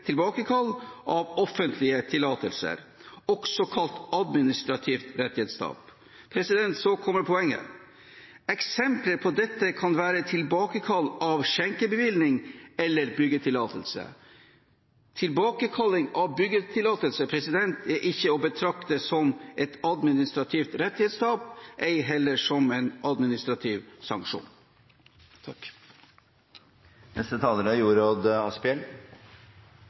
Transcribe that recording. tilbakekall av offentlige tillatelser, også kalt administrativt rettighetstap.» Så kommer poenget: «Eksempler på dette kan være tilbakekall av skjenkebevilling eller byggetillatelse.» Tilbakekalling av byggetillatelse er ikke å betrakte som et administrativt rettighetstap, ei heller som en administrativ sanksjon. Også i denne saken er